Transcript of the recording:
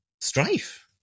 strife